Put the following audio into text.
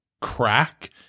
crack